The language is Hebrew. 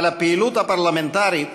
אבל הפעילות הפרלמנטרית